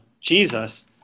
Jesus